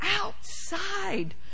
outside